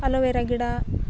hello vera ಗಿಡ